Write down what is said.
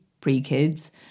pre-kids